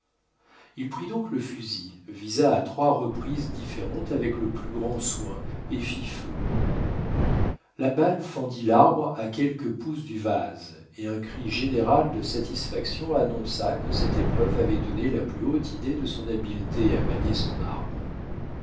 il prit donc le fusil visa à trois reprisés différentes avec le plus grand soin et fit feu la balle fendit l'arbre à quelques pouces du vase et un cri général de satisfaction annonça que cette épreuve avait donné la plus haute idée de son habileté à manier son arme